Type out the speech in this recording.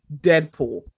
deadpool